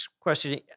question